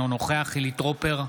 אינו נוכח חילי טרופר,